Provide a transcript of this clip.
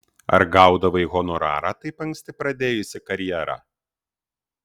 ar gaudavai honorarą taip anksti pradėjusi karjerą